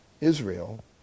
Israel